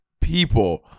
people